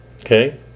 Okay